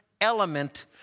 element